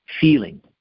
feeling